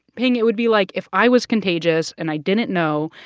pien, it would be like if i was contagious, and i didn't know,